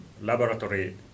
laboratory